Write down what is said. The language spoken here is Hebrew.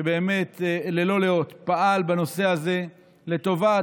שבאמת ללא לאות פעל בנושא הזה לטובת